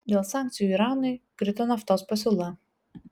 dėl sankcijų iranui krito naftos pasiūla